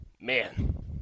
man